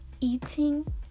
eating